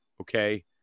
okay